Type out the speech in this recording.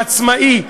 עצמאי,